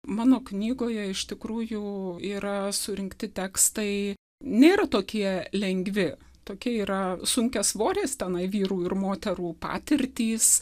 mano knygoje iš tikrųjų yra surinkti tekstai nėra tokie lengvi tokia yra sunkiasvoris tenai vyrų ir moterų patirtys